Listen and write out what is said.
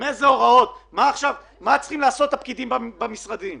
מה ההוראות, מה צריכים לעשות הפקידים במשרדים.